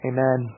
Amen